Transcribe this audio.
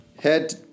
head